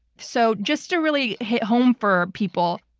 so just to really hit home for people,